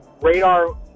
radar